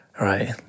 right